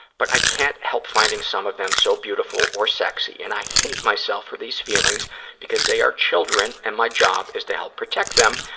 but i can't help finding some of them so beautiful or sexy, and i hate myself for these feelings because they are children and my job is to help protect them,